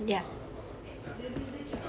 ya